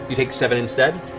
you take seven instead.